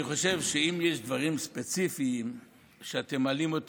אני חושב שאם יש דברים ספציפיים שאתם מעלים,